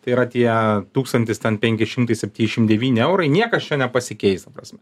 tai yra tie tūkstantis penki šimtai septyšim devyni eurai niekas čia nepasikeis ta prasme